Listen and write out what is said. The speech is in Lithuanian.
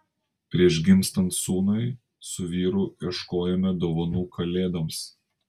prieš gimstant sūnui su vyru ieškojome dovanų kalėdoms